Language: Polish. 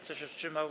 Kto się wstrzymał?